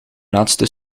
laatste